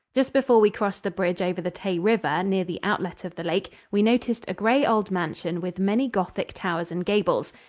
just before we crossed the bridge over the tay river near the outlet of the lake, we noticed a gray old mansion with many gothic towers and gables,